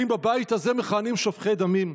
האם בבית הזה מכהנים שופכי דמים?